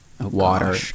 water